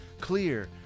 clear